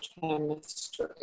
chemistry